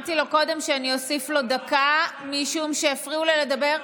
אני אמרתי לו קודם שאני אוסיף לו דקה משום שהפריעו לו לדבר.